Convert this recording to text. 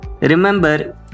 remember